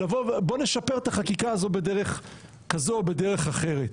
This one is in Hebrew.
בוא נשפר את החקיקה הזו בדרך כזו או בדרך אחרת.